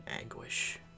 anguish